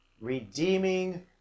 redeeming